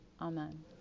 Amen